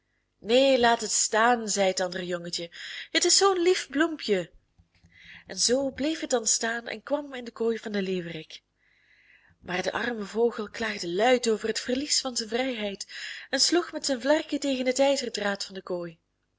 neen laat het staan zei het andere jongetje het is zoo'n lief bloempje en zoo bleef het dan staan en kwam in de kooi van den leeuwerik maar de arme vogel klaagde luid over het verlies van zijn vrijheid en sloeg met zijn vlerken tegen het ijzerdraad van de kooi